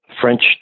french